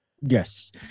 Yes